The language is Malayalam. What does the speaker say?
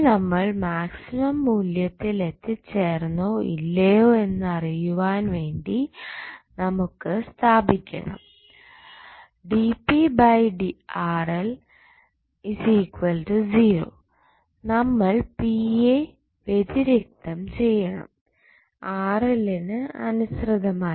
ഇനി നമ്മൾ മാക്സിമം മൂല്യത്തിൽ എത്തിച്ചേർന്നോ ഇല്ലയോ എന്ന് അറിയുവാൻ വേണ്ടി നമുക്ക് സ്ഥാപിക്കണം നമ്മൾ p യെ വ്യതിരിക്തം ചെയ്യണം ന് അനുസൃതമായി